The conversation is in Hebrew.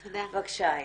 בבקשה.